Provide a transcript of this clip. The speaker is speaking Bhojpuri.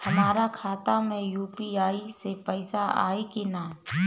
हमारा खाता मे यू.पी.आई से पईसा आई कि ना?